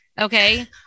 Okay